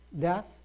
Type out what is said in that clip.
death